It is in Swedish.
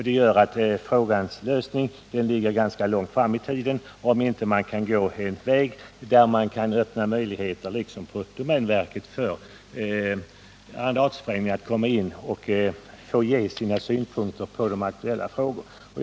Det göraatt frågans lösning ligger ganska långt fram i tiden, om man inte kan finna en väg att, liksom skett beträffande domänverket, låta företrädare för jordbruksarrendatorer få framföra sina synpunkter på de aktuella frågorna.